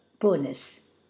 bonus